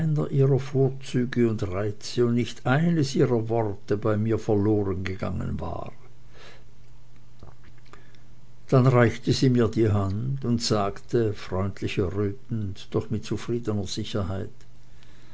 und reize und nicht eines ihrer worte bei mir verlorengegangen war dann reichte sie mir die hand hin und sagte freundlich errötend doch mit zufriedener sicherheit